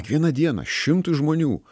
kiekvieną dieną šimtui žmonių